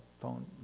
phone